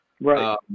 right